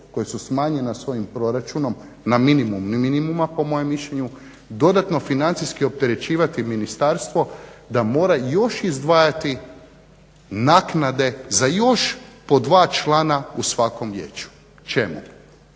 koja su smanjena svojim proračunom na minimum minimuma po mojem mišljenju dodatno financijski opterećivati ministarstvo da mora još izdvajati naknade za još po dva člana u svakom vijeću, čemu?